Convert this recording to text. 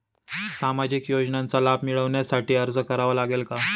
सामाजिक योजनांचा लाभ मिळविण्यासाठी अर्ज करावा लागेल का?